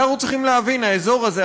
אנחנו צריכים להבין: האזור הזה,